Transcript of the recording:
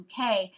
UK